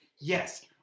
yes